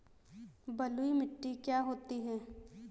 बलुइ मिट्टी क्या होती हैं?